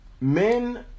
men